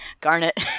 Garnet